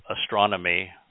astronomy